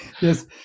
yes